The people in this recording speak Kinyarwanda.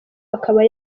akaba